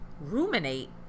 ruminate